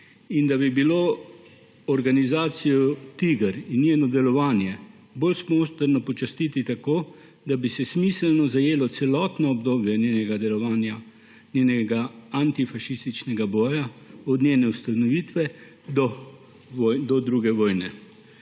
in da bi bilo organizacijo TIGR in njeno delovanje bolj smotrno počastiti tako, da bi se smiselno zajelo celotno obdobje njenega delovanja, njenega antifašističnega boja, od njene ustanovitve do 2. svetovne